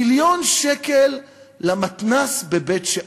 מיליון שקל למתנ"ס בבית-שאן.